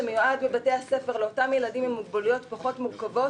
שמיועד בבתי הספר לאותם ילדים עם מוגבלויות פחות מורכבות,